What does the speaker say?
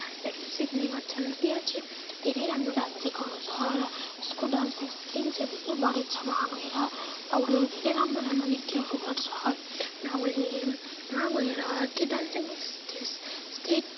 डान्सहरू सिक्ने गर्छन् त्यहाँ चाहिँ धेरै राम्रो डान्स सिकाउँछ र उसको डान्सिङ स्किल चाहिँ धेरै बढेको छ वहाँ गएर उसले धेरै राम्रो राम्रो नृत्यहरू गर्छ र उसले वहाँ गएर त्यो डान्सिङ स्टेस् स्टेट